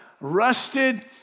rusted